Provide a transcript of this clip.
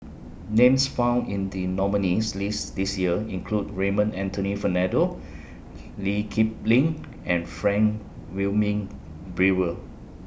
Names found in The nominees' list This Year include Raymond Anthony Fernando Lee Kip Lin and Frank Wilmin Brewer